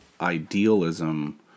idealism